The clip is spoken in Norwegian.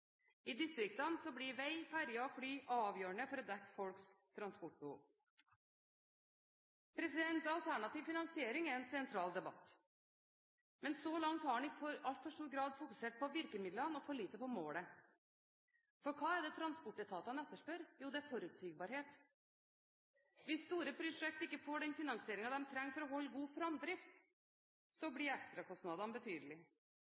I distriktene blir vei, ferjer og fly avgjørende for å dekke folks transportbehov. Alternativ finansiering er en sentral debatt, men så langt har den i altfor stor grad fokusert på virkemidlene og for lite på målet. For hva er det transportetatene etterspør? Jo, det er forutsigbarhet. Hvis store prosjekter ikke får den finansieringen de trenger for å holde god framdrift,